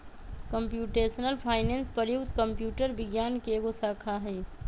computational finance प्रयुक्त computer विज्ञान के एगो शाखा हइ